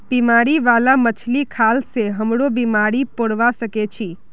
बीमारी बाला मछली खाल से हमरो बीमार पोरवा सके छि